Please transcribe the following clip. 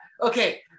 Okay